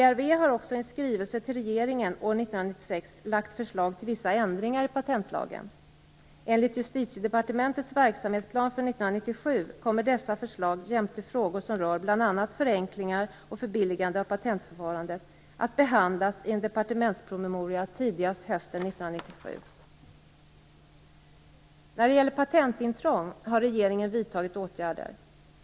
PRV har också i en skrivelse till regeringen år 1997 kommer dessa förslag jämte frågor som rör bl.a. förenklingar och förbilligande av patentförfarandet att behandlas i en departementspromemoria tidigast hösten 1997. När det gäller patentintrång har regeringen vidtagit åtgärder.